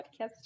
podcast